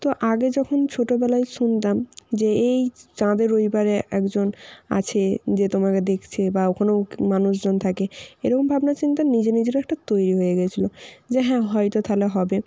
তো আগে যখন ছোটবেলায় শুনতাম যে এই চাঁদের ওইপারে একজন আছে যে তোমাকে দেখছে বা কোনও মানুষজন থাকে এরকম ভাবনাচিন্তা নিজে নিজেরও একটা তৈরি হয়ে গেছিল যে হ্যাঁ হয়তো তাহলে হবে